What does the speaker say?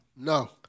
No